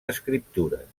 escriptures